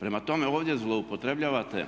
Prema tome, ovdje zloupotrebljavate